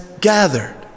gathered